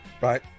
Right